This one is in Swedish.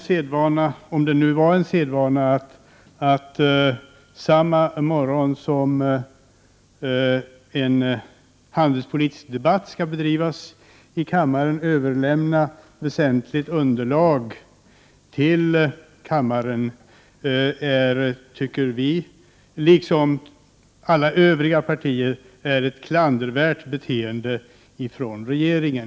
Sedvanan — om det nu är en sedvana — att samma morgon som en handelspolitisk debatt skall äga rum till kammaren överlämna väsentligt underlag för debatten tycker vi, liksom alla övriga oppositionspartier, innebär ett klandervärt beteende av regeringen.